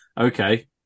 okay